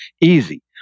Easy